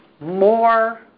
more